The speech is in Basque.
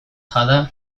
jada